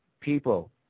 People